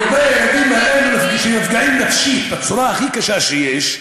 מדבר על הילדים האלה שנפגעים נפשית בצורה הכי קשה שיש,